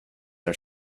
are